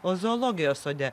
o zoologijos sode